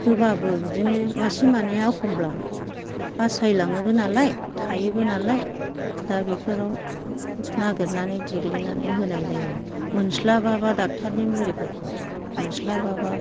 होबाबो बिदिनो मासे मानैआ एखमब्ला बासाय लाङोबो नालाय थायोबो नालाय दा बेफोराव नागेरनानै देग्लिनानै होनाय जायो मोनस्लाबाबा डाक्टार नि मुलिफोरखौ मोनस्लाबाबा